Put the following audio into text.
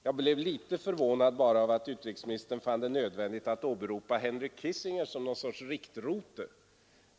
Jag blev bara litet förvånad över att utrikesministern fann det nödvändigt att åberopa Henry Kissinger som något slags riktrote.